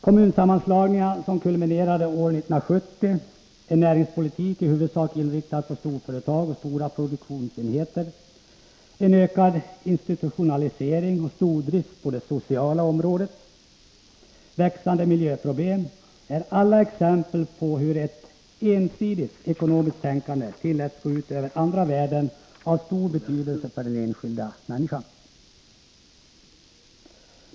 Kommunsammanslagningarna, som kulminerade år 1970, en näringspolitik i huvudsak inriktad på storföretag och stora produktionsenheter, en ökad institutionalisering och stordrift på det sociala området, växande miljöproblem — allt detta är exempel på hur ett ensidigt ekonomiskt tänkande tilläts gå ut över andra värden av stor betydelse för den enskilda människan.